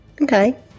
Okay